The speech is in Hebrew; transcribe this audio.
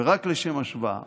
ורק לשם השוואה